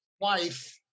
wife